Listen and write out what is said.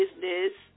business